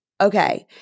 Okay